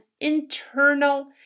internal